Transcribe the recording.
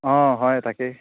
অঁ হয় তাকেই